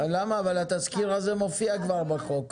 אבל התזכיר הזה מופיע כבר בחוק.